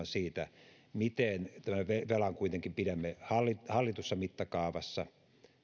siitä miten kuitenkin pidämme tämän velan hallitussa mittakaavassa